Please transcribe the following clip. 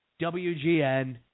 WGN